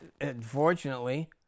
unfortunately